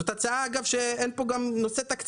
זאת הצעה בלי נושא תקציבי,